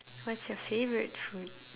what's your favourite food